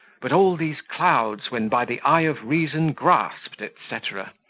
but all these clouds, when by the eye of reason grasp'd, etc.